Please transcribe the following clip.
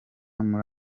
muri